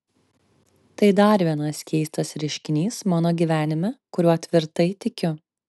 tai dar vienas keistas reiškinys mano gyvenime kuriuo tvirtai tikiu